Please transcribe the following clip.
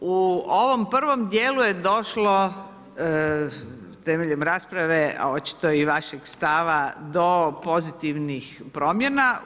U ovom prvom dijelu je došlo temeljem rasprave, a očito i vašeg stava, do pozitivnih promijeni.